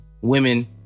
women